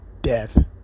death